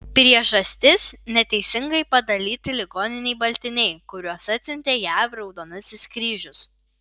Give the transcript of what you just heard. priežastis neteisingai padalyti ligoninei baltiniai kuriuos atsiuntė jav raudonasis kryžius